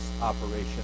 operation